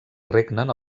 regnen